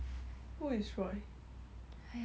!aiya! the scammer guy lor